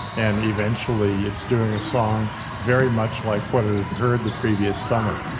and eventually it's doing a song very much like what it had heard the previous summer